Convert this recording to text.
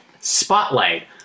spotlight